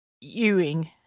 ewing